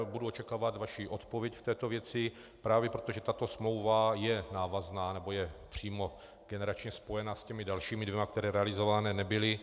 Budu očekávat vaši odpověď v této věci právě proto, že tato smlouva je návazná, nebo je přímo generačně spojena s těmi dalšími dvěma, které realizované nebyly.